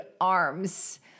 arms